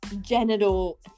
genital